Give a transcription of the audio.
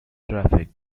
traffic